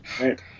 right